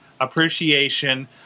appreciation